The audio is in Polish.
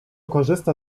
korzysta